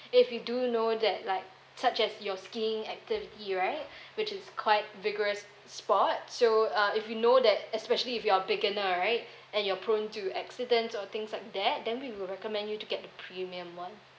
if you do know that like such as your skiing activity right which is quite vigorous sport so uh if you know that especially if you are beginner right and you're prone to accidents or things like that then we will recommend you to get the premium one